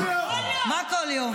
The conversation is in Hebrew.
כל יום, כל יום.